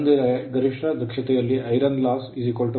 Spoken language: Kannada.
ಅಂದರೆ ಗರಿಷ್ಠ ದಕ್ಷತೆಯಲ್ಲಿ iron loss copper loss ನಾವು ಪಡೆದ ನಷ್ಟ